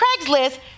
Craigslist